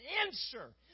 answer